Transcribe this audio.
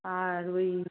আর ওই